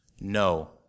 no